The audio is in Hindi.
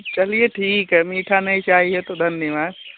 चलिए ठीक है मीठा नहीं चाहिए तो धन्यवाद